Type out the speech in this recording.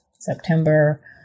September